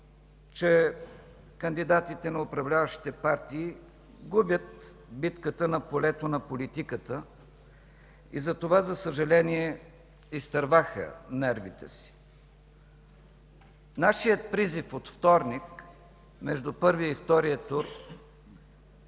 че кандидатите на управляващите партии губят битката на полето на политиката и затова, за съжаление, изтърваха нервите си. Нашият призив от вторник – между първия и втория тур,